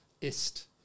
IST